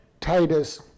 Titus